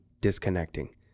disconnecting